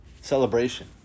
celebration